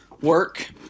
work